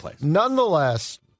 Nonetheless